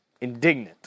Indignant